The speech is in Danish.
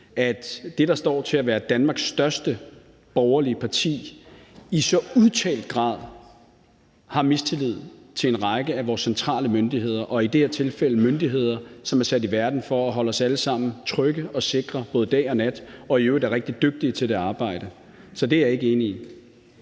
at det, der står til at være Danmarks største borgerlige parti, i så udtalt grad har mistillid til en række af vores centrale myndigheder og i det her tilfælde myndigheder, som er sat i verden, for at vi alle sammen kan være trygge og sikre både dag og nat, og som i øvrigt er rigtig dygtige til det arbejde. Så det er jeg ikke enig i.